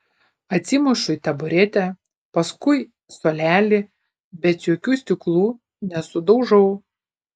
atsimušu į taburetę paskui suolelį bet jokių stiklų nesudaužau